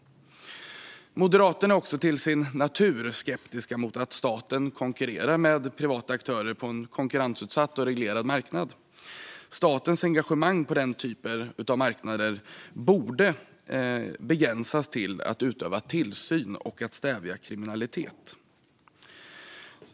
Moderaterna är till sin natur skeptiska mot att staten konkurrerar med privata aktörer på en konkurrenssatt och reglerad marknad. Statens engagemang på den typen av marknader borde begränsas till att utöva tillsyn och stävja kriminalitet.